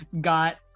got